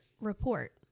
report